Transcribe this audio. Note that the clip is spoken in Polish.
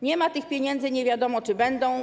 Nie ma tych pieniędzy, nie wiadomo, czy będą.